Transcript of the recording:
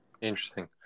interesting